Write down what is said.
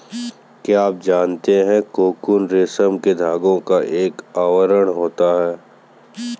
क्या आप जानते है कोकून रेशम के धागे का एक आवरण होता है?